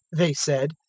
they said,